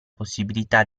possibilità